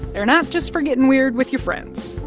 they're not just for getting weird with your friends.